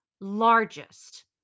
largest